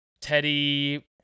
Teddy